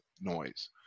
noise